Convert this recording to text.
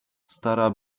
stara